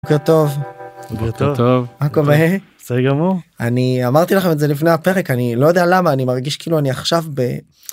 בוקר טוב. בוקר טוב, מה קורה? בסדר גמור. אני אמרתי לכם את זה לפני הפרק, אני לא יודע למה, אני מרגיש כאילו אני עכשיו ב...